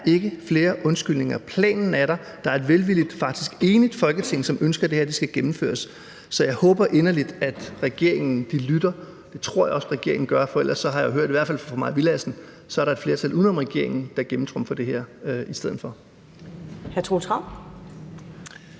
Der er ikke flere undskyldninger. Planen er der, og der er et velvilligt, ja, faktisk et enigt Folketing, som ønsker, at det her skal gennemføres. Så jeg håber inderligt, at regeringen lytter, og det tror jeg også at regeringen gør, for ellers har jeg hørt, i hvert fald fra fru Mai Villadsen, at der er et flertal uden om regeringen, der gennemtrumfer det her i stedet for.